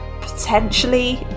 potentially